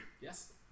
Yes